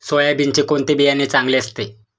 सोयाबीनचे कोणते बियाणे चांगले असते?